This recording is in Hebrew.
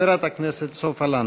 חברת הכנסת סופה לנדבר.